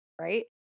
right